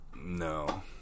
no